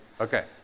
Okay